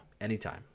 anytime